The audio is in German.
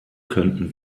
könnten